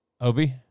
Obi